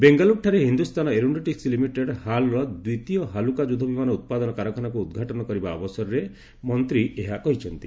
ବେଙ୍ଗାଲୁରୁଠାରେ Hindustan aeronautic limited HAL ର ଦ୍ୱିତୀୟ ହାଲୁକା ଯୁଦ୍ଧ ବିମାନ ଉତ୍ପାଦନ କାରଖାନାକୁ ଉଦ୍ଘାଟନ କରିବା ଅବସରରେ ମନ୍ତ୍ରୀ ଏହା କହିଛନ୍ତି